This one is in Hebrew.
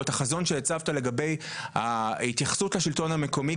את החזון שהצבת לגבי ההתייחסות לשלטון המקומי,